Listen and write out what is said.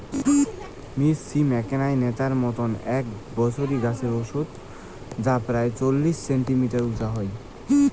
মথ সিম এ্যাকনা নতার মতন এ্যাক বছরি ওষুধের গছ যা পরায় চল্লিশ সেন্টিমিটার উচা হই